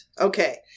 Okay